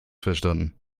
verstanden